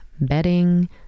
bedding